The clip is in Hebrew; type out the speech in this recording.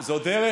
תראה, זו דרך